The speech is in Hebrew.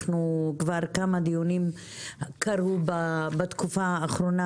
כבר כמה דיונים התקיימו בתקופה האחרונה